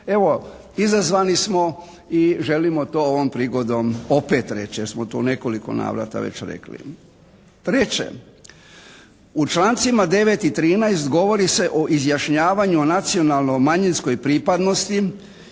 evo izazvani smo i želimo to ovom prigodom opet reći. Jer smo to u nekoliko navrata već rekli. U člancima 9. i 13. govori se o izjašnjavanju o nacionalno-manjinskoj pripadnosti